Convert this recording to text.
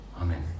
Amen